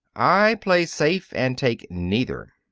i play safe and take neither.